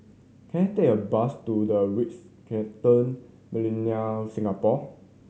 can I take a bus to The Ritz Carlton Millenia Singapore